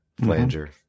flanger